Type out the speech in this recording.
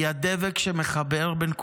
היא הדבק שמחבר בין כולם.